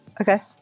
Okay